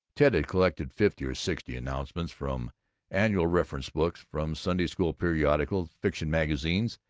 ted had collected fifty or sixty announcements, from annual reference-books, from sunday school periodicals, fiction-magazines,